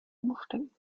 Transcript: umständen